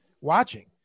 watching